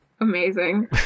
Amazing